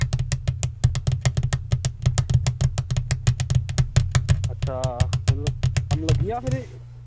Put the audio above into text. अच्छा कम्म लग्गी जाह्ग फिर